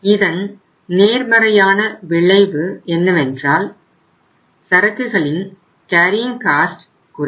இதன் நேர்மறையான விளைவு என்னவென்றால் சரக்குகளின் கேரியிங் காஸ்ட் குறையும்